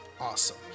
awesome